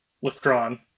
withdrawn